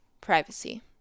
Privacy